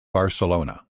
barcelona